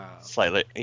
slightly